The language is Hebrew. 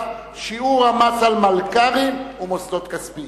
(שיעור המס על מלכ"רים ומוסדות כספיים).